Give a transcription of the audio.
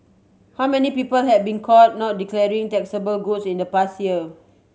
how many people have been caught not declaring taxable goods in the past year